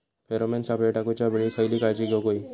Pheromone सापळे टाकूच्या वेळी खयली काळजी घेवूक व्हयी?